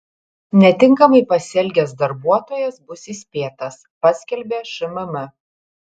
netinkamai pasielgęs darbuotojas bus įspėtas paskelbė šmm